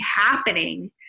happening